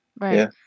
Right